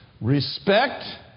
Respect